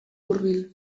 hurbil